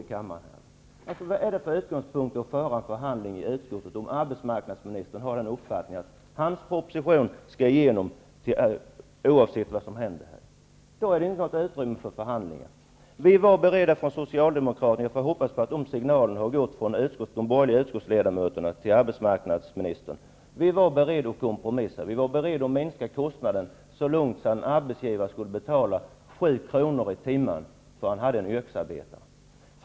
Vad är det för mening att föra en förhandling i utskottet om arbetsmarknadsministern har den uppfattningen att hans proposition skall gå igenom oavsett vad som händer? Då finns det inget utrymme för förhandlingar. Vi socialdemokrater var beredda att kompromissa -- jag får hoppas att de signalerna har gått fram från de borgerliga utskottsledamöterna till arbetsmarknadsministern. Vi var beredda att minska kostnaden och gå så långt som att arbetsgivaren skulle betala 7 kr. i timmen för en yrkesarbetare.